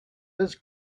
his